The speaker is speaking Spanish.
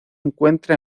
encuentra